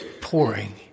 pouring